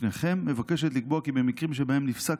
לפניכם מבקשת לקבוע כי במקרים שבהם נפסק